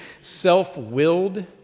self-willed